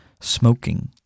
Smoking